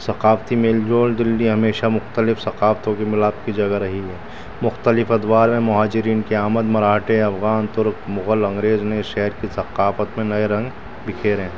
ثقافتی میل جول دلی ہمیشہ مختلف ثقافتوں کے ملاپ کی جگہ رہی ہے مختلف ادوار میں مہاجرین کی آمد مراٹھے افغان ترک مغل انگریز نے اس شہر کی ثقافت میں نئے رنگ بکھیرے ہیں